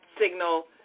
signal